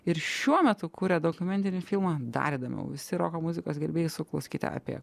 ir šiuo metu kuria dokumentinį filmą dar įdomiau visi roko muzikos gerbėjai sukluskite apie